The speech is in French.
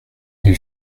ils